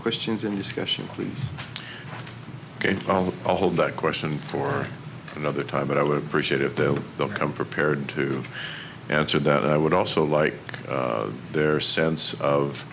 questions in discussion please ok well i'll hold that question for another time but i would appreciate if they'll come prepared to answer that i would also like their sense of